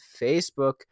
Facebook